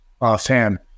offhand